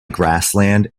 grassland